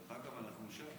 דרך אגב, אנחנו שם.